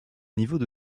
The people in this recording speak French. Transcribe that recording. niveaux